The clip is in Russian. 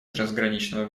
трансграничного